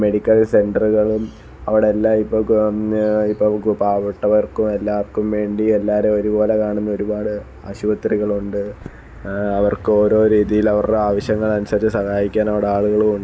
medical സെന്ററുകളും അവിടെ എല്ലാം ഇപ്പം പാവപ്പെട്ടവര്ക്കും എല്ലാവർക്കും വേണ്ടി എല്ലാരെയും ഒരുപോലെ കാണുന്ന ഒരുപാട് ആശുപത്രികളുണ്ട് അവര്ക്ക് ഓരോ രീതിയില് അവരുടെ ആവശ്യങ്ങൾ അനുസരിച്ച് സഹായിക്കാന് അവിടെ ആളുകളും